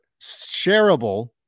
shareable